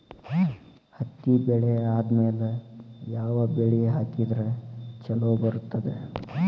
ಹತ್ತಿ ಬೆಳೆ ಆದ್ಮೇಲ ಯಾವ ಬೆಳಿ ಹಾಕಿದ್ರ ಛಲೋ ಬರುತ್ತದೆ?